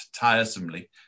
tiresomely